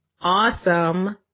awesome